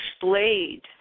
displayed